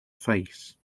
face